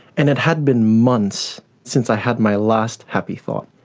and it had been months since i had my last happy thought.